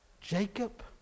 Jacob